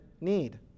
need